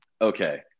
Okay